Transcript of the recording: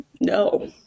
No